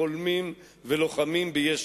חולמים ולוחמים ביש"ע.